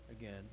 Again